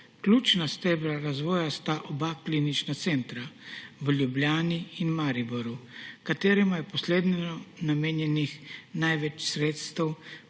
Ključna stebra razvoja sta oba klinična centra v Ljubljani in Mariboru, kateremu je poslednje namenjenih največ sredstev